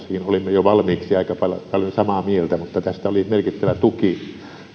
olimme valmiiksi aika paljon samaa mieltä mutta tästä oli merkittävä tuki